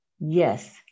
Yes